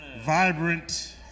vibrant